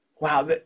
wow